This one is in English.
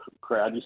crowd